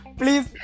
please